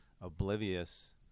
oblivious